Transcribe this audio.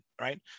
right